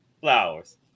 Flowers